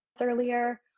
earlier